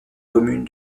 commune